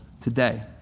today